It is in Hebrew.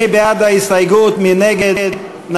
ההסתייגות של חברת הכנסת סתיו שפיר